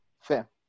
fair